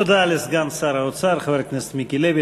תודה לסגן שר האוצר, חבר הכנסת מיקי לוי.